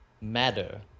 matter